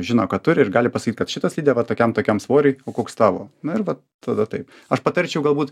žino ką turi ir gali pasakyt kad šita slidė va tokiam tokiam svoriui o koks tavo na ir va tada taip aš patarčiau galbūt